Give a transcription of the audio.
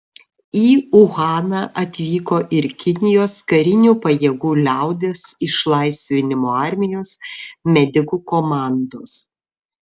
į uhaną atvyko ir kinijos karinių pajėgų liaudies išlaisvinimo armijos medikų komandos